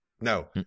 No